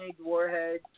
Warhead